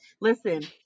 Listen